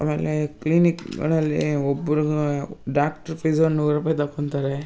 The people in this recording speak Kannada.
ಆಮೇಲೆ ಕ್ಲೀನಿಕ್ಗಳಲ್ಲಿ ಒಬ್ಬರು ಡಾಕ್ಟ್ರು ಫೀಸ್ ಒಂದು ನೂರು ರೂಪಾಯಿ ತಗೊತಾರೆ